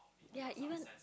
ya even